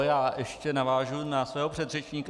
Já ještě navážu na svého předřečníka.